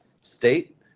state